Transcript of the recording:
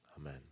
Amen